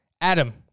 Adam